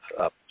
up